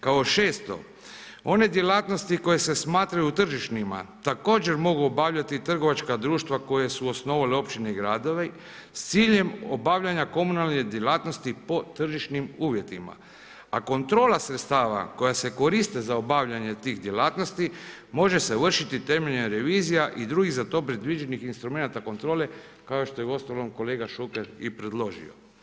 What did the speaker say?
Kao 6 one djelatnosti koje se smatraju tržišnima, također mogu obavljati trgovačka društva koja su osnovali općine i gradovi s ciljem obavljanja komunalnih djelatnosti po tržišnim uvjetima, a kontrola sredstava koja se koriste za obavljanje tih djelatnosti, može se vršiti temeljem revizija i drugih za to predviđenih instrumenata kontrole, kao što je uostalom kolega Šuker i predložio.